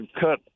cut